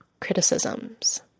criticisms